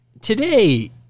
Today